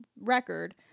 record